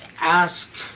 ask